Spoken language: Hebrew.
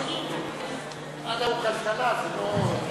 הדא הוא כלכלה, זה לא,